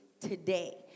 today